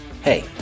Hey